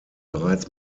bereits